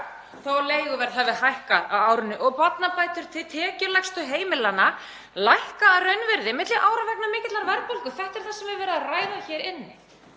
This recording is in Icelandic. að leiguverð hafi hækkað á árinu og barnabætur til tekjulægstu heimilanna lækka að raunvirði milli ára vegna mikillar verðbólgu. Þetta er það sem verið er að ræða hér inni.